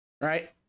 right